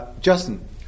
Justin